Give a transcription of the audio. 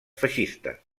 feixistes